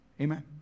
Amen